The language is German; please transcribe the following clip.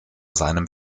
seinem